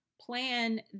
plan